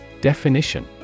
Definition